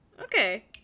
Okay